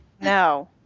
no